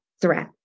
threat